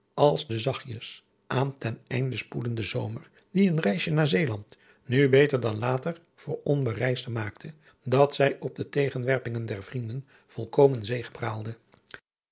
als den zachtjes aan ten einde spoedenden zomer die een reisje naar zeeland nu beter dan later voor onbereisden maakte dat zij op de tegenwerpingen der vrienden volkomen